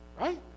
right